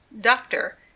doctor